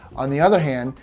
on the other hand,